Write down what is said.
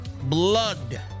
blood